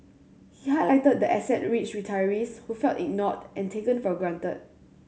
he highlighted the asset rich retirees who felt ignored and taken for granted